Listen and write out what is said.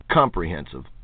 comprehensive